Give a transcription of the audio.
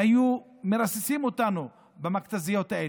והיו מרססים אותנו במכת"זיות האלה.